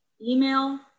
email